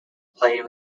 played